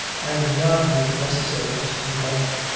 and none with the necessaries, of life.